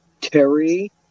Terry